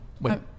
Wait